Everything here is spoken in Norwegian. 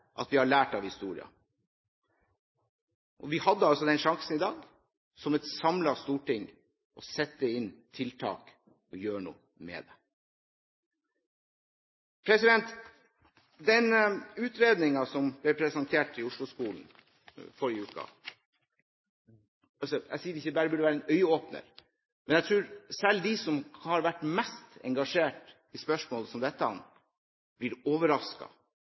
at vi har lært av historien. Vi hadde altså sjansen i dag, som et samlet storting, til å sette inn tiltak og gjøre noe med dette. Den utredningen som ble presentert i Oslo-skolen i forrige uke, burde ikke, som jeg sa, bare være en øyeåpner. Jeg tror at selv de som har vært mest engasjert i spørsmål som dette, blir